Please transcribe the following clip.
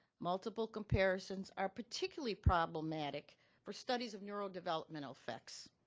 multiple comparisons are particularly problematic for studies of neurodevelopmental effects.